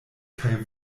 kaj